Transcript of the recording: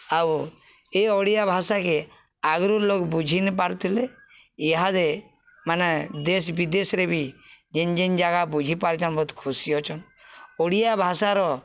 ଆଉ ଇ ଓଡ଼ିଆ ଭାଷାକେ ଆଗ୍ରୁ ଲୋକ୍ ବୁଝିିନିପାରୁଥିଲେ ଇହାଦେ ମାନେ ଦେଶ୍ ବିଦେଶ୍ରେ ବି ଯେନ୍ ଯେନ୍ ଜାଗା ବୁଝି ପାରୁଚନ୍ ବହୁତ୍ ଖୁସି ଅଛନ୍ ଓଡ଼ିଆ ଭାଷାର